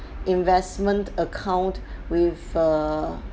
investment account with err